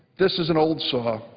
this is an old saw.